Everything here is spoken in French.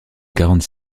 quarante